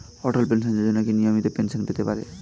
অটল pension Yojana কি নমনীয় pension পেতে পারে?